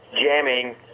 jamming